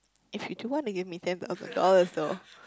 if you do want to give me ten thousand dollars though